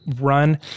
run